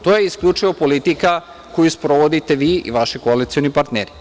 To je isključivo politika koju sprovodite vi i vaši koalicioni partneri.